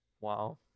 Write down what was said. Wow